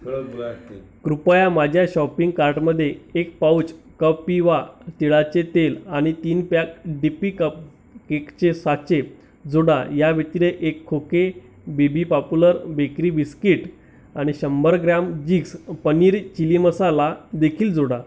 कृपया माझ्या शॉपिंग कार्टमध्ये एक पाउच कपिवा तिळाचे तेल आणि तीन पॅक डीपी कपकेकचे साचे जोडा या व्यतिरिक्त एक खोके बीबी पॉपुलर बेकरी बिस्किट आणि शंभर ग्रॅम जीग्स पनीर चिली मसाला देखील जोडा